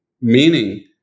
meaning